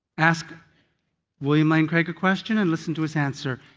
ask william lane craig a question and listen to his answer.